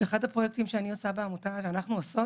אחד הפרויקטים שאני עושה בעמותה ואנחנו עושות